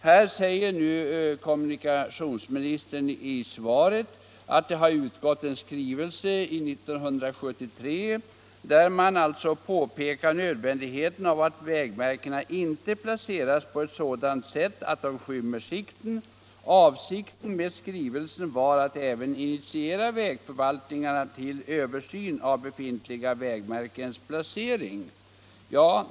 21 Kommunikationsministern säger i svaret att det 1973 har utgått en skrivelse där trafiksäkerhetsverket påpekat nödvändigheten av att vägmärkena inte placeras på ett sådant sätt att de skymmer sikten. Avsikten med skrivelsen var att även initiera vägförvaltningarna till översyn av befintliga vägmärkens placering.